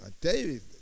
David